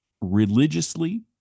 religiously